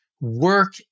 work